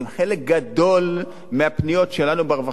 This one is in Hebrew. חלק גדול מהפניות שלנו ברווחה,